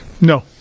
No